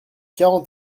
quarante